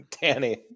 Danny